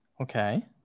Okay